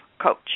coach